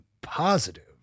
positive